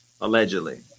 Allegedly